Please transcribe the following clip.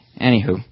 Anywho